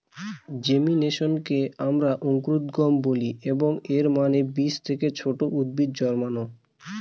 জেমিনেশনকে আমরা অঙ্কুরোদ্গম বলি, এবং এর মানে বীজ থেকে ছোট উদ্ভিদ জন্মানো